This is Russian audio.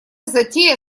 затея